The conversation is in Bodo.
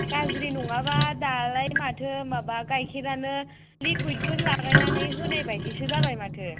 गाज्रि नङाबा दालाय माथो माबा गाइखेरानो लिकुइडफोर लागायनानै होनाय बायदिसो जाबाय माथो